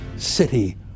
City